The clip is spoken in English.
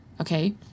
okay